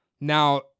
Now